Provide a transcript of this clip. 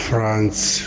France